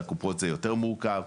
לקופות זה יותר מורכב.